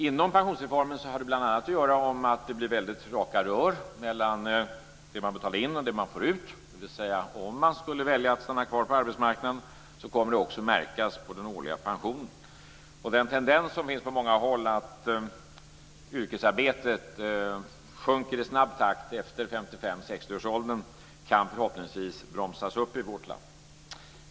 Inom pensionsreformen har det bl.a. att göra med att det blir väldigt raka rör mellan det man betalar in och det man får ut, dvs. om man skulle välja att stanna kvar på arbetsmarknaden kommer det också att märkas på den årliga pensionen. Den tendens som finns på många håll att yrkesarbetet sjunker i snabb takt efter 55-60-årsåldern kan förhoppningsvis bromsas upp i vårt land.